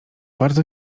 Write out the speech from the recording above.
bardzo